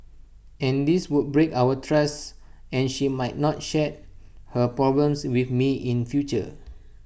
and this would break our trusts and she might not share her problems with me in future